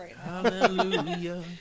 Hallelujah